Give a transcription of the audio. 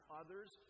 others